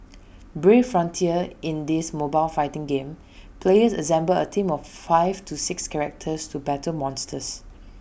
brave frontier in this mobile fighting game players assemble A team of five to six characters to battle monsters